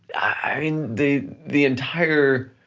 i mean, the the entire